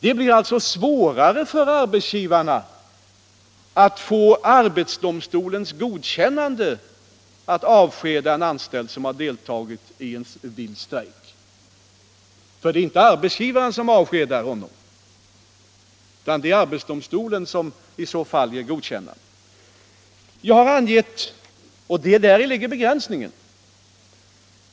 Det blir alltså svårare för arbetsgivarna att få arbetsdomstolens godkännande att avskeda en anställd som har deltagit i en vild strejk, för det är inte arbetsgivaren som avskedar honom utan arbetsdomstolen som i så fall ger sitt godkännande.